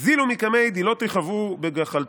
"זילו מקמיה די לא תכוו בגחלתו"